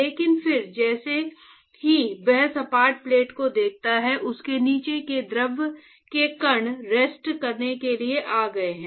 लेकिन फिर जैसे ही वह सपाट प्लेट को देखता है उसके नीचे के द्रव के कण रेस्ट करने के लिए आ गए हैं